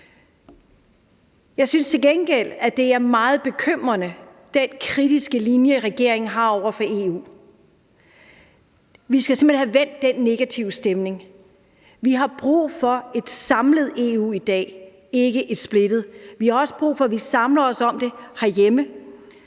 Jeg synes til gengæld, at det er meget bekymrende med den kritiske linje, som regeringen har over for EU, og vi skal simpelt hen have vendt den negative stemning. Vi har brug for et samlet EU i dag, ikke et splittet, og vi har også brug for, at vi samler os om det herhjemme.